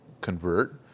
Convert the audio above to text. convert